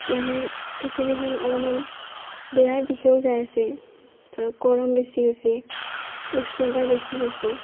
মানে পৃথিৱীখান অলপমান বেয়াৰ দিশেও যায় আছে ধৰক গৰম বেছি হৈছি উষ্ণতা বেছি হৈছি